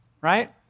right